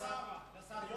לשרה.